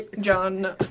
John